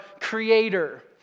creator